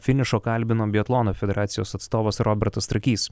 finišo kalbino biatlono federacijos atstovas robertas trakys